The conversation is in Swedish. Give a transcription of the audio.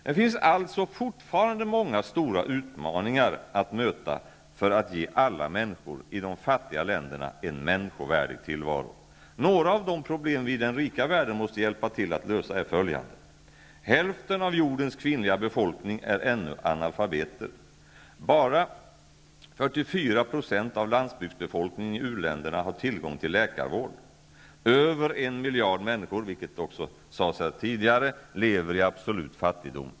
Det finns alltså fortfarande många stora utmaningar att möta för att ge alla människor i de fattiga länderna en människorvärdig tillvaro. Några av de problem vi i den rika världen måste hjälpa till att lösa är följande: Hälften av jordens kvinnliga befolkning är ännu analfabeter. Bara 44 % av landsbygdsbefolkningen i u-länderna har tillgång till läkarvård. Över en miljard människor lever i absolut fattigdom -- något som också har sagts här tidigare.